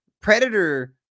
Predator